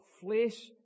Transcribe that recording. flesh